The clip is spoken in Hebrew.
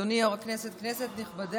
אדוני יו"ר הכנסת, כנסת נכבדה,